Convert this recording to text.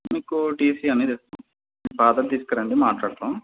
మీకు టీసీ అనేది ఇస్తాము మీ ఫాదర్ని తీసుకురండి మాటలాడతాము